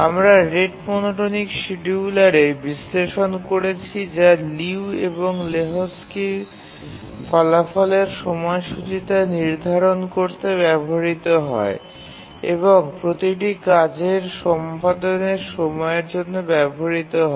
আমরা rate monotonic শিডিয়ুলারে বিশ্লেষণ করেছি যা লিউ এবং লেহোকস্কি ফলাফলের সময়সূচীতা নির্ধারণ করতে ব্যবহৃত হয় এবং প্রতিটি কাজের সম্পাদনের সময়ের জন্য ব্যবহৃত হয়